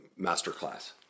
masterclass